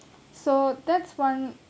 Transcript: so that's one